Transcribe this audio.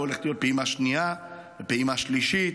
והולכת להיות פעימה שנייה ופעימה שלישית,